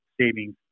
savings